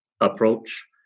approach